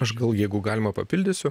aš gal jeigu galima papildysiu